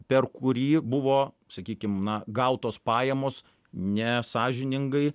per kurį buvo sakykim na gautos pajamos nesąžiningai